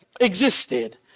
existed